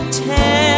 tell